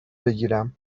بگیرم